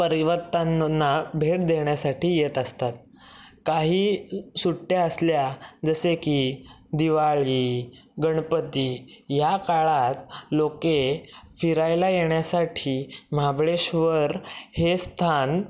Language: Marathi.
परिवर्तनाना भेट देण्यासाठी येत असतात काही सुट्ट्या असल्या जसे की दिवाळी गणपती या काळात लोक फिरायला येण्यासाठी महाबळेश्वर हे स्थान